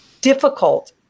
difficult